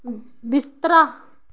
बिस्तरा